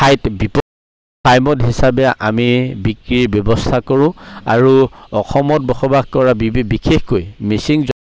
ঠাইত বিপদ টাইমত হিচাপে আমি বিক্ৰীৰ ব্যৱস্থা কৰোঁ আৰু অসমত বসবাস কৰা বিবে বিশেষকৈ মিচিং